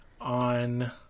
on